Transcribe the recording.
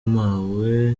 mpawe